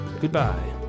Goodbye